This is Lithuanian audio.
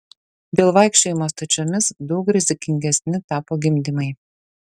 dėl vaikščiojimo stačiomis daug rizikingesni tapo gimdymai